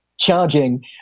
Charging